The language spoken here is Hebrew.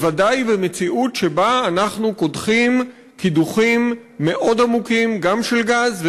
בוודאי במציאות שבה אנחנו קודחים קידוחים מאוד עמוקים גם של גז,